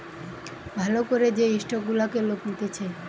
ভাল করে যে স্টক গুলাকে লোক নিতেছে